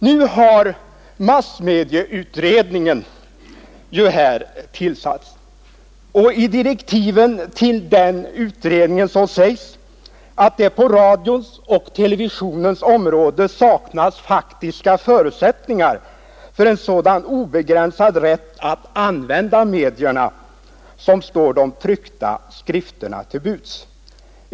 Nu har ju massmedieutredningen tillsatts, och i direktiven till den sägs att det på radions och televisionens område saknas faktiska förutsättningar för en sådan obegränsad rätt att använda medierna som står de tryckta skrifterna till buds.